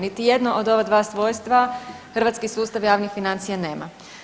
Niti jedno od ova dva svojstva hrvatski sustav javnih financija nema.